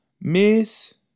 miss